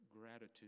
gratitude